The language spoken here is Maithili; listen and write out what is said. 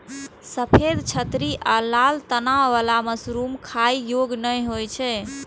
सफेद छतरी आ लाल तना बला मशरूम खाइ योग्य नै होइ छै